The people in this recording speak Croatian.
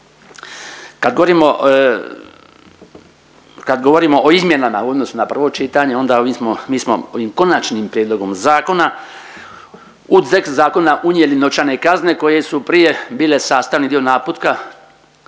Kad govorimo o izmjenama u odnosu na prvo čitanje onda mi smo ovim konačnim prijedlogom zakona u tekst zakona unijeli novčane kazne koje su prije bile sastavni dio naputka